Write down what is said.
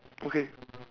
okay